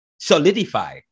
solidify